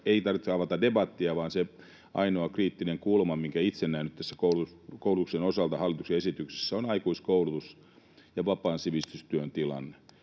Ei tarvitse avata debattia, vaan se ainoa kriittinen kulma, minkä itse näen tässä koulutuksen osalta hallituksen esityksessä, on aikuiskoulutus ja vapaan sivistystyön tilanne.